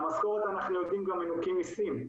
מהמשכורת אנחנו יודעים שגם מנוכים מסים,